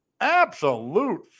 absolute